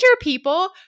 people